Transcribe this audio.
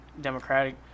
democratic –